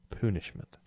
punishment